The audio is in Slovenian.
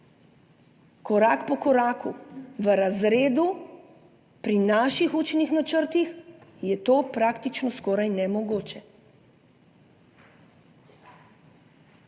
korak za korakom. V razredu pri naših učnih načrtih je to praktično skoraj nemogoče.